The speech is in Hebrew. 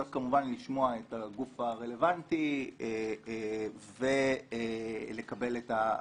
צריך כמובן לשמוע את הגוף הרלוונטי ולקבל את ההחלטה.